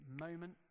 moment